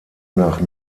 nach